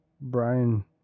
Brian